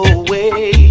away